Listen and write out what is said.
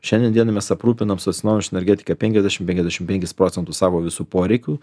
šiandien dienai mes aprūpinam su atsinaujinančia energetika penkiasdešim penkiasdešim penkis procentus savo visų poreikių